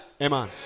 Amen